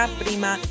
prima